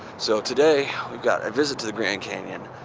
so today, we've got a visit to the grand canyon.